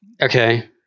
okay